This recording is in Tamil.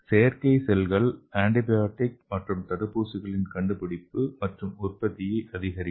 செயற்கை செல்கள் ஆண்டிபயாடிக் மற்றும் தடுப்பூசிகளின் கண்டுபிடிப்பு மற்றும் உற்பத்தியை அதிகரிக்கும்